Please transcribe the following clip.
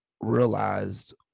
realized